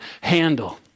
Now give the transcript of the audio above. handle